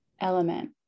element